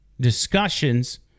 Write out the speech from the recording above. discussions